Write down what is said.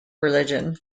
religion